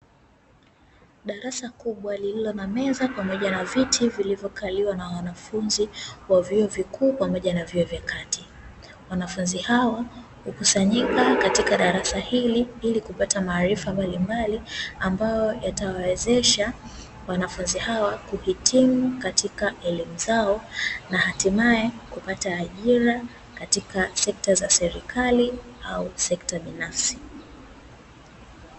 Darasa kubwa lililo na meza pamoja na viti vilivyokaliwa na wanafunzi wa vyuo vikuu pamoja na vyuo vya kati. Wanafunzi hao hukusanyika katika darasa hili ili kupata maarifa mbalimbali ambao yatawawezesha wanafunzi hawa kuhitimu katika elimu zao na hatimaye kupata ajira katika sekta za serikali au sekta binafsi.